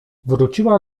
wróciła